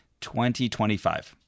2025